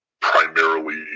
primarily